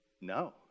no